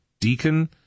deacon